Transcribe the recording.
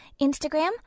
Instagram